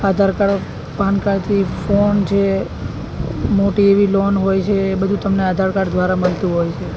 આધાર card PAN કાર્ડથી phone છે મોટી એવી લોન હોય છે એ બધુ તમને આધાર કાડ દ્વારા મળતું હોય છે